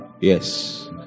Yes